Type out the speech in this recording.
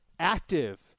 active